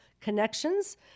connections